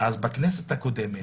אז בכנסת הקודמת